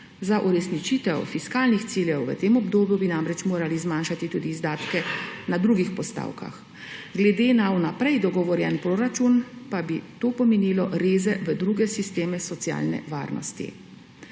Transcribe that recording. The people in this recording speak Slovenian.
Za uresničitev fiskalnih ciljev v tem obdobju bi namreč morali zmanjšati tudi izdatke na drugih postavkah. Glede na vnaprej dogovorjen proračun pa bi to pomenilo reze v druge sisteme socialne varnosti.